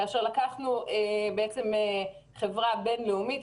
לקחנו חברה בין-לאומית,